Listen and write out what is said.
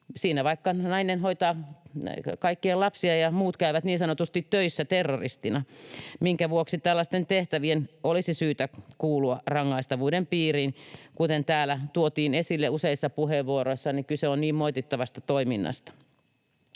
jos vaikka nainen hoitaa kaikkien lapsia ja muut käyvät niin sanotusti töissä terroristina, minkä vuoksi tällaisten tehtävien olisi syytä kuulua rangaistavuuden piiriin. Kuten täällä tuotiin esille useissa puheenvuoroissa, niin kyse on niin moitittavasta toiminnasta.